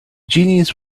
genies